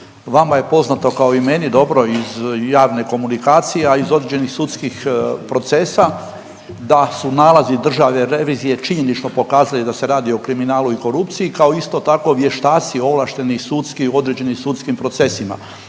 Vama je poznato kao i meni dobro i iz javne komunikacije, a i iz određenih sudskih procesa da su nalazi državne revizije činjenično pokazali da se radi o kriminalu i korupciji kao i isto tako vještaci ovlašteni sudski u određenim sudskim procesima